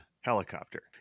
helicopter